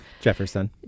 jefferson